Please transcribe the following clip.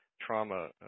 trauma